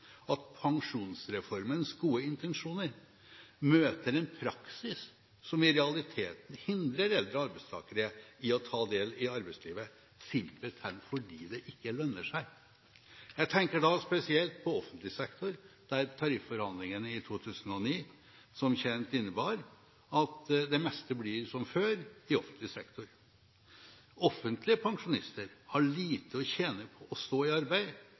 at pensjonsreformens gode intensjoner møter en praksis som i realiteten hindrer eldre arbeidstakere i å ta del i arbeidslivet, simpelthen fordi det ikke lønner seg. Jeg tenker da spesielt på offentlig sektor, der tarifforhandlingene i 2009 som kjent innebar at det meste blir som før. Offentlige pensjonister har lite å tjene på å stå i arbeid,